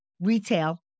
retail